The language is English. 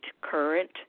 current